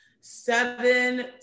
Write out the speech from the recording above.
Seven